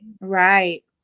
Right